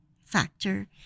factor